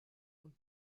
und